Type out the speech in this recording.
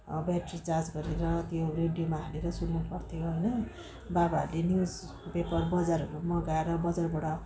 battery charge गरेर त्यो रेडियोमा हालेर सुन्नुपर्थ्यो होइन बाबाहरूले न्युजपेपर बजारहरू मगाएर बजारबाट